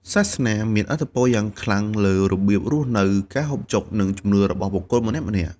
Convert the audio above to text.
សាសនាមានឥទ្ធិពលយ៉ាងខ្លាំងលើរបៀបរស់នៅ ការហូបចុក និងជំនឿរបស់បុគ្គលម្នាក់ៗ។